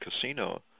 casino